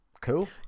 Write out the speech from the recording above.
cool